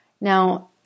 Now